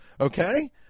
Okay